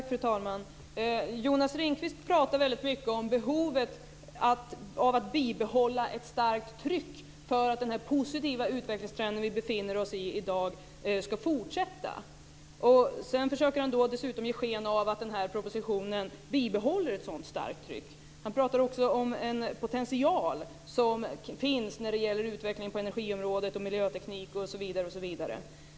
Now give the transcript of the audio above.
Fru talman! Jonas Ringqvist pratar väldigt mycket om behovet av att bibehålla ett starkt tryck för att den positiva utvecklingstrend som vi i dag har ska fortsätta. Dessutom försöker han ge sken av att den här propositionen bibehåller ett sådant starkt tryck. Han pratar också om den potential som finns när det gäller utvecklingen på energiområdet, miljöteknik osv.